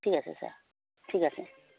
ঠিক আছে ছাৰ ঠিক আছে